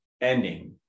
ending